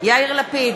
יאיר לפיד,